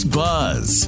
buzz